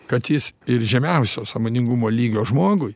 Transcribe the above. kad jis ir žemiausio sąmoningumo lygio žmogui